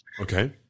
Okay